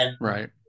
Right